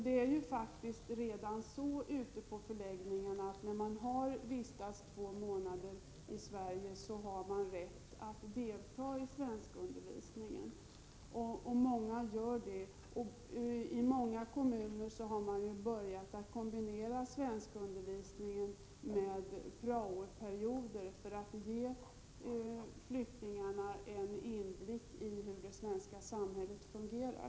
De som vistas ute på förläggningarna har dock redan efter två månader i Sverige rätt att delta i svenskundervisningen, och många gör det. I åtskilliga kommuner har man börjat kombinera svenskundervisningen med praoperioder för att ge flyktingarna en inblick i hur det svenska samhället fungerar.